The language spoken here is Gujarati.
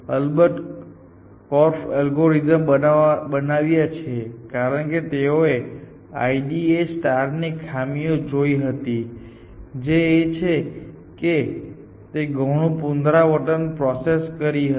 અલબત્ત કોર્ફે એલ્ગોરિધમ્સ બનાવ્યા છે કારણ કે તેઓએ IDA ની ખામીઓ જોઈ હતી જે એ છે કે તે ગણુ પુનરાવર્તન પ્રોસેસ કરી રહી હતી